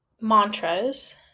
mantras